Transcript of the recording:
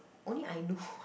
only I know